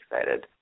excited